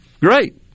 Great